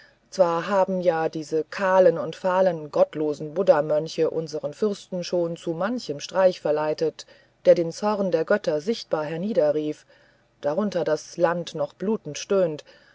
zwar haben ja diese kahlen und fahlen gottlosen buddhamönche unseren fürsten schon zu manchem streich verleitet der den zorn der götter sichtbar herniederrief worunter das land noch blutend stöhnt